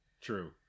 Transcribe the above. True